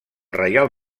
reial